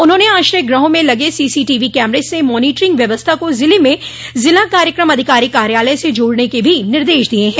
उन्होंने आश्रय गृहों में लगे सीसी टीवी कैमरे से मॉनिटरिंग व्यवस्था को जिले में जिला कार्यक्रम अधिकारी कार्यालय से जोड़ने के भी निर्देश दिये हैं